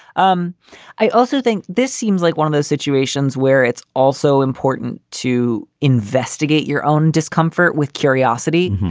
um i also think this seems like one of those situations where it's also important to investigate your own discomfort with curiosity.